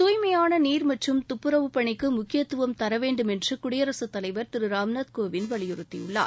தூய்மை நீர் மற்றும் துப்புரவு பணிக்கு முக்கியத்துவம் தரவேண்டும் என்று குடியரசு தலைவர் திரு ராம்நாத் கோவிந்த் வலியுறுத்தியுள்ளார்